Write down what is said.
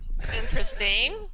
Interesting